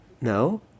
no